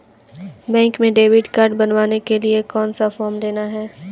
Bank में debit card बनवाने के लिए कौन सा फॉर्म लेना है?